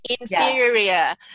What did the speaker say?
inferior